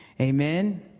Amen